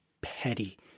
petty